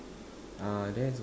ah there